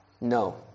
No